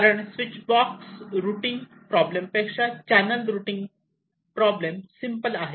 कारण switch box routing problem पेक्षा channel routing problem simple आहे